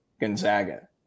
Gonzaga